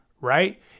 right